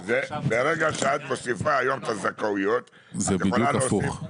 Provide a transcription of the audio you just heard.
ברגע שאת מוסיפה היום את הזכאויות --- זה בדיוק הפוך.